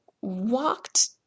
walked